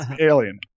alien